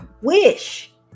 wish